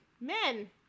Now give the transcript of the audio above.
Men